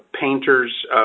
painters